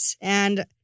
and-